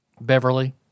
Beverly